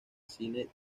cine